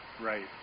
Right